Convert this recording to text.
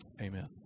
Amen